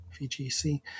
VGC